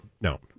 No